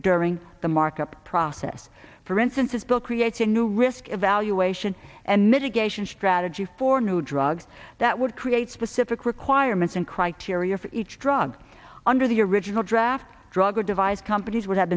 during the markup process for instance as bill creates a new risk evaluation and mitigation strategy for new drugs that would create specific requirements and criteria for each drug under the original draft drug or device companies would have